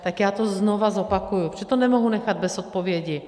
Tak já to znova zopakuji, protože to nemohu nechat bez odpovědi.